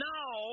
Now